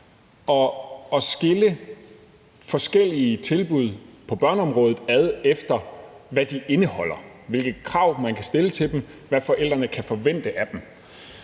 at skille forskellige tilbud på børneområdet ad, efter hvad de indeholder, hvilke krav man kan stille til dem, og hvad forældrene kan forvente af dem.